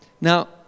Now